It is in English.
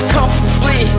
Comfortably